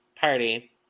party